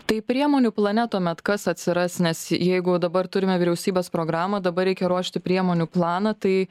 tai priemonių plane tuomet kas atsiras nes jeigu dabar turime vyriausybės programą dabar reikia ruošti priemonių planą tai